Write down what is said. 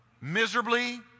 miserably